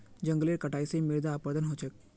जंगलेर कटाई स मृदा अपरदन ह छेक